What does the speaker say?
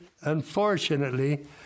Unfortunately